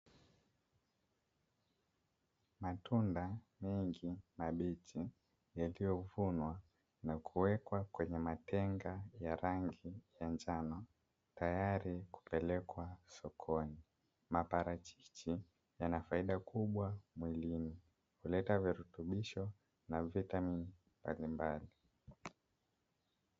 Matunda mengi mabichi, yaliyovunwa na kuwekwa kwenye matenga ya rangi ya njano, tayari kupelekwa sokoni. Maparachichi yana faida kubwa mwilini, huleta virutubisho na vitamini mbalimbali.